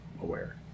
aware